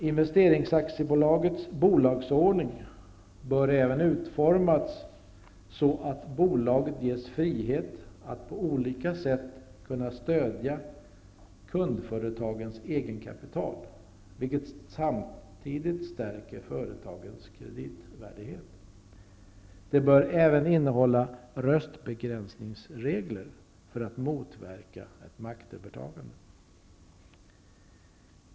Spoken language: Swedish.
Investeringsaktiebolagets bolagsordning bör även utformas så att bolaget ges frihet att på olika sätt kunna stödja kundföretagens egenkapital, vilket samtidigt stärker företagens kreditvärdighet. Den bör även innehålla röstbegränsningsregler för att motverka ett maktövertagande.